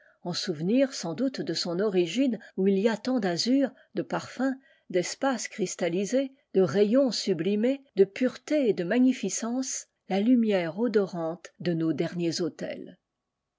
en souvenir sans doute de son origine oii il y a tant d'azur de parfums d'espace cristallisé de rayons sublimés de pureté et de magnificence la lumière odorante de nos derniers autels